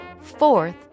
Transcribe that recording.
fourth